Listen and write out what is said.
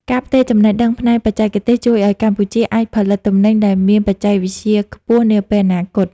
ការផ្ទេរចំណេះដឹងផ្នែកបច្ចេកទេសជួយឱ្យកម្ពុជាអាចផលិតទំនិញដែលមានបច្ចេកវិទ្យាខ្ពស់នាពេលអនាគត។